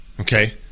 okay